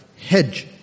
hedge